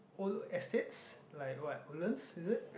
old estates like what Woodlands is it